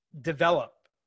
develop